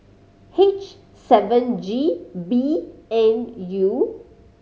H seven G B N U